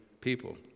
people